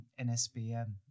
NSBM